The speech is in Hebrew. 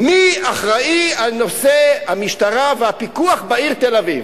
מי אחראי לנושא המשטרה והפיקוח בעיר תל-אביב.